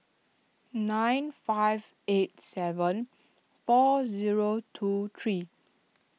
nine five eight seven four zero two three